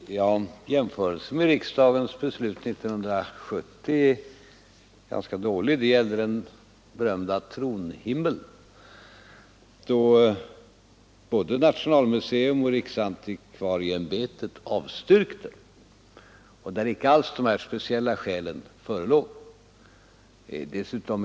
Herr talman! Jämförelsen med riksdagens beslut 1970 är ganska dålig. Då gällde det den berömda tronhimlen. Både nationalmuseum och riksantikvarieimbetet avstyrkte att den skulle överlämnas, och de här speciella skälen förelåg icke alls.